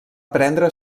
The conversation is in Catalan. prendre